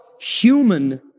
human